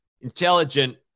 intelligent